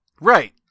Right